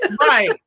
Right